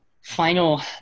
final